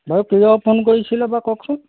বাও কিয় ফোন কৰিছিলে বাৰু কওকচোন